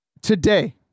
today